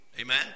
Amen